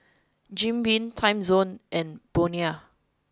Jim Beam Timezone and Bonia